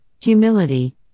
humility